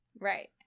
Right